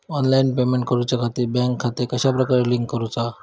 Online payment करुच्याखाती bank खाते कश्या प्रकारे लिंक करुचा?